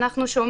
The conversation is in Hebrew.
אנחנו,